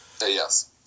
Yes